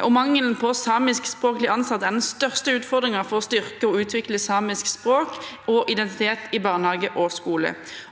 og mangelen på samiskspråklige ansatte er den største utfordringen for å styrke og utvikle samisk språk og identitet i barnehage og skole.